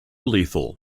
lethal